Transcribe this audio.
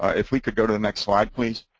if we could go to the next slide, please.